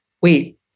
wait